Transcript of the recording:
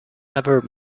ever